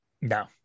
No